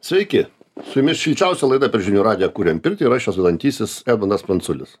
sveiki su jumis šilčiausia laida per žinių radiją kuriam pirtį ir aš jos vedantysis edmundas pranculis